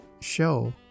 show